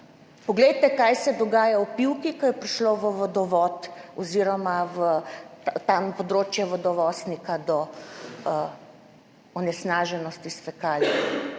Poglejte kaj se dogaja v Pivki, ko je prišlo v vodovod oz. v področje vodonosnika do onesnaženosti s fekalijami.